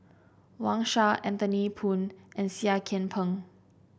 Wang Sha Anthony Poon and Seah Kian Peng